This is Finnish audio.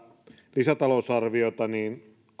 lisätalousarviota niin